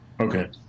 Okay